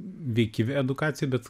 veiki edukacija bet